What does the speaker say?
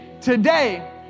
today